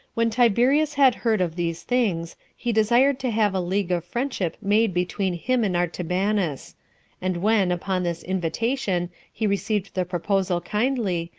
when tiberius had heard of these things, he desired to have a league of friendship made between him and artabanus and when, upon this invitation, he received the proposal kindly,